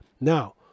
now